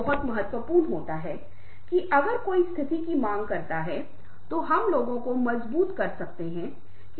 लेकिन फिर आप देखते हैं कि भरोसेमंद होना भी एक नैतिक विचार है भरोसेमंद होना ईमानदार होने के बारे में है विश्वसनीय होना सुसंगत होना है